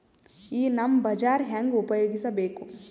ಈ ನಮ್ ಬಜಾರ ಹೆಂಗ ಉಪಯೋಗಿಸಬೇಕು?